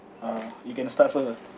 uh you can start first uh